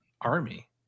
Army